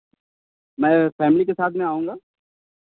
मैं फ़ैमिली के साथ में आऊँगा